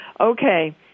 Okay